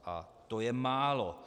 A to je málo!